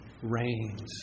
reigns